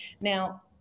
Now